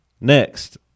Next